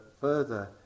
further